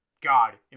God